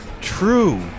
true